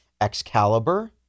Excalibur